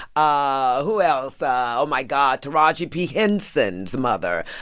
ah who else? oh, my god, taraji p. henson's mother.